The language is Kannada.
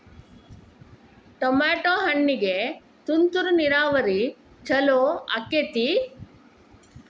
ಟಮಾಟೋ ಹಣ್ಣಿಗೆ ತುಂತುರು ನೇರಾವರಿ ಛಲೋ ಆಕ್ಕೆತಿ?